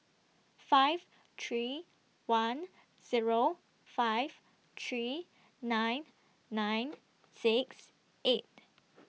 five three one Zero five three nine nine six eight